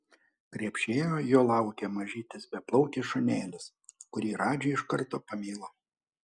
krepšyje jo laukė mažytis beplaukis šunelis kurį radži iš karto pamilo